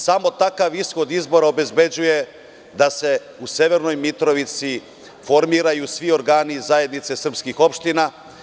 Samo takav ishod izbora obezbeđuje da se u severnoj Mitrovici formiraju svi organi zajednica srpskih opština.